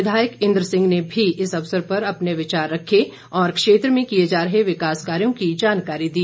विधायक इंद्र सिंह ने भी इस अवसर पर अपने विचार रखे और क्षेत्र में किए जा रहे विकास कार्यों की जानकारी दी